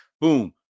Boom